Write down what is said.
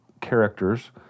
characters